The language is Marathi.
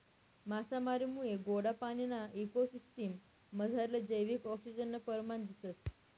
मासामारीमुये गोडा पाणीना इको सिसटिम मझारलं जैविक आक्सिजननं परमाण दिसंस